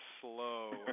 slow